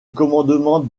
commandement